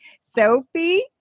Sophie